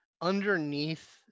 underneath